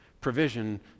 provision